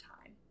time